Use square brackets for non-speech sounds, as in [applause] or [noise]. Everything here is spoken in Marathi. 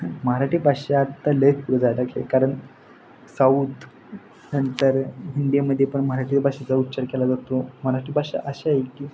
मराठी भाषा आत्ता लेख [unintelligible] झाला की कारण साऊथनंतर हिंदीमध्ये पण मराठी भाषेचा उच्चार केला जातो मराठी भाषा अशी आहे की